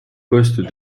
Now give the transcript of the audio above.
poste